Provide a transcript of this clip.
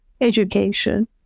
education